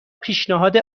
پیشنهاد